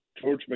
George